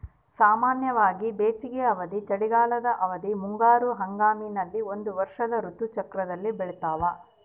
ಸಾಮಾನ್ಯವಾಗಿ ಬೇಸಿಗೆ ಅವಧಿ, ಚಳಿಗಾಲದ ಅವಧಿ, ಮುಂಗಾರು ಹಂಗಾಮಿನಲ್ಲಿ ಒಂದು ವರ್ಷದ ಋತು ಚಕ್ರದಲ್ಲಿ ಬೆಳ್ತಾವ